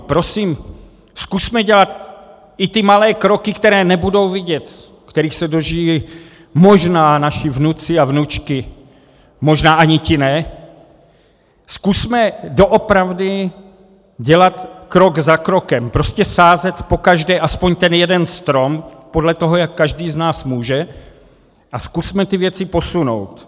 Prosím, zkusme dělat i ty malé kroky, které nebudou vidět, kterých se dožijí možná naši vnuci a vnučky, možná ani ti ne, zkusme doopravdy dělat krok za krokem, prostě sázet pokaždé aspoň ten jeden strom podle toho, jak každý z nás může, a zkusme ty věci posunout.